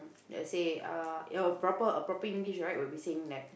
let's say uh your proper a properly English right will be saying that